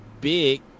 big